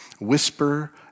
whisper